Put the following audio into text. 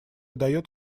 дает